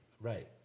Right